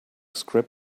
script